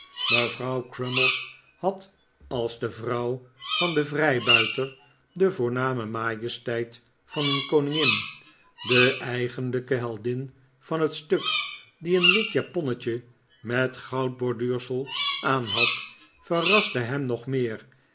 mevrouw crummies had als de vrouw van den vrijbuiter de voorname majesteit van een koningin de eigenlijke heldin van het stuk die een wit japonnetje met goudborduursel aanhad verraste hem nog meer